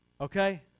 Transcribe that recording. okay